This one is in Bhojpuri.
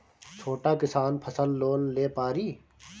छोटा किसान फसल लोन ले पारी?